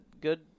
good